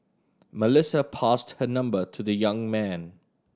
Melissa passed her number to the young man